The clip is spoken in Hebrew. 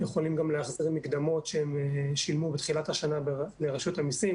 הם יכולים גם להחזיר מקדמות שהם שילמו בתחילת השנה לרשות המסים